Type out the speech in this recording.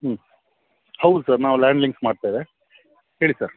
ಹ್ಞೂ ಹೌದು ಸರ್ ನಾವು ಲ್ಯಾನ್ ಡ್ಲಿಂಗ್ಸ್ ಮಾಡ್ತೇವೆ ಹೇಳಿ ಸರ್